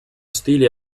stile